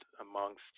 amongst